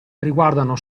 riguardano